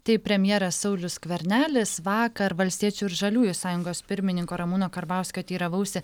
tai premjeras saulius skvernelis vakar valstiečių ir žaliųjų sąjungos pirmininko ramūno karbauskio teiravausi